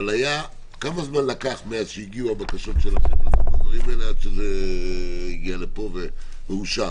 אבל כמה זמן לקח מאז הגיעו הבקשות שלכם וזה הגיע לפה ואושר?